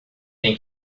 têm